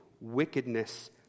wickedness